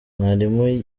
mwalimu